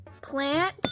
plant